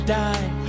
die